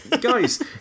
Guys